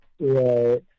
Right